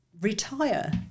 retire